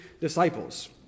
disciples